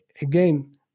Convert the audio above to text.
again